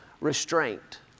restraint